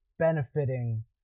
Benefiting